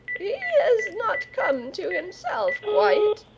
he has not come to himself quite,